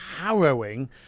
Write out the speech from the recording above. harrowing